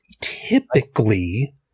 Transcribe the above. typically